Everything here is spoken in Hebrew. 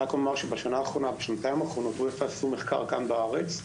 בשנה שנתיים האחרונות אופ"א עשו מחקר בארץ,